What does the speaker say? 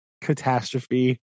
catastrophe